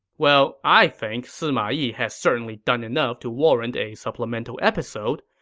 well, i think sima yi has certainly done enough to warrant a supplemental episode,